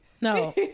No